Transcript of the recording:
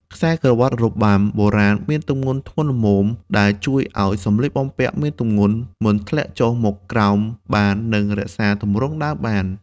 ខ្សែក្រវាត់របាំបុរាណនេះមានទម្ងន់ធ្ងន់ល្មម ដែលជួយឲ្យសម្លៀកបំពាក់មានទម្ងន់មិនធ្លាក់ចុះមកក្រោមបាននិងរក្សាទម្រង់ដើមបាន។